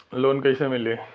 Loan कईसे मिली?